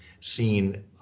seen